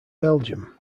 belgium